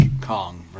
Kong